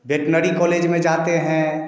veterinary college में जाते हैं